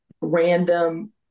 random